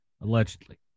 allegedly